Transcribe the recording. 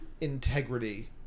integrity